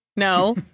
No